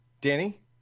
Danny